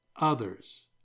others